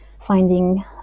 finding